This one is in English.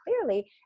clearly